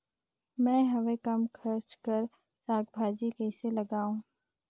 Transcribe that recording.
मैं हवे कम खर्च कर साग भाजी कइसे लगाव?